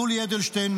יולי אדלשטיין,